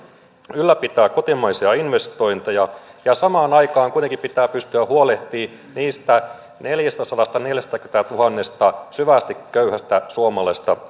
ylläpitää kotimaisia investointeja ja samaan aikaan kuitenkin pitää pystyä huolehtimaan niistä neljästäsadastaneljästäkymmenestätuhannesta syvästi köyhästä suomalaisesta